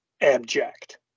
abject